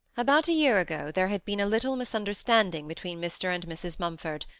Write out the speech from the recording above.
about a year ago there had been a little misunderstanding between mr. and mrs. mumford,